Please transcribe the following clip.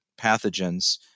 pathogens